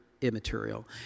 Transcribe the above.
immaterial